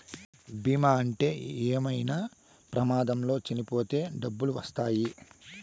బీమా ఉంటే ఏమైనా ప్రమాదంలో చనిపోతే డబ్బులు వత్తాయి